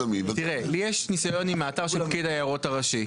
תראה לי יש ניסיון עם האתר של פקיד היערות הראשי,